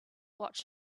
watch